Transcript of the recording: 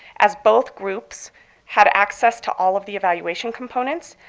as both groups had access to all of the evaluation components.